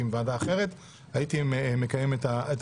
והיית מגיע להסכמות עם ועדה אחרת,